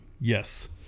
Yes